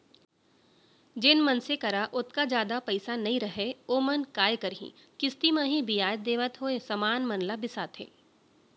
जेन मनसे करा ओतका जादा पइसा नइ रहय ओमन काय करहीं किस्ती म ही बियाज देवत होय समान मन ल बिसाथें